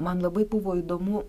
man labai buvo įdomu